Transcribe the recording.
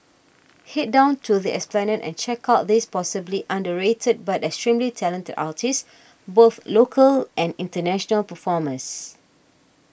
head down to the Esplanade and check out these possibly underrated but extremely talented artists both local and international performers